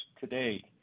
today